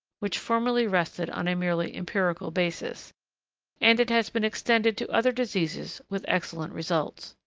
which formerly rested on a merely empirical basis and it has been extended to other diseases with excellent results.